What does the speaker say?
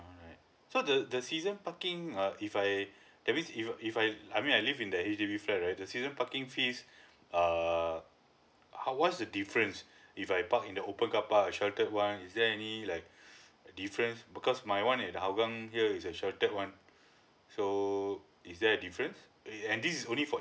alright so the the season parking uh if I that means if if I I mean I live in the H_D_B flat right the season parking fees err how what's the difference if I park in the open car park sheltered one is there any like difference because my one at hougang here is a sheltered one so is there a difference uh and this is only for